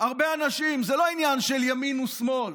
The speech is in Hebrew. והרבה אנשים, זה לא עניין של ימין ושמאל,